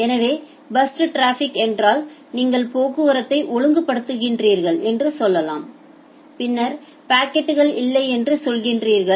எனவே first traffic என்றால் நீங்கள் போக்குவரத்தை ஒழுங்குபடுத்துகிறீர்கள் என்று சொல்லலாம் பின்னர் பாக்கெட்கள் இல்லை என்று சொல்கிறீர்கள்